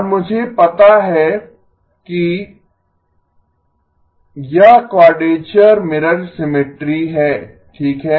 और मुझे पता है कि H 1e jωH 0e j ω−π यह क्वाडरेचर मिरर सिमिट्री है ठीक है